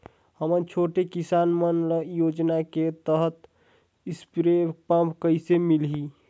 हमन छोटे किसान मन ल योजना के तहत स्प्रे पम्प कइसे मिलही?